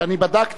שאני בדקתי,